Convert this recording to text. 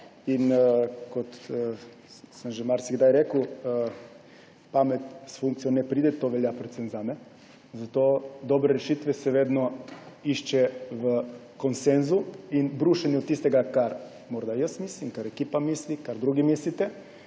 Kot sem že marsikdaj rekel, pamet ne pride s funkcijo, to velja predvsem zame, zato se dobre rešitve vedno išče v konsenzu in brušenju tistega, kar morda jaz mislim, kar ekipa misli, kar drugi mislite.